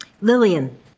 Lillian